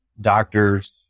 doctors